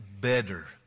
better